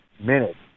minutes